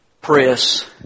press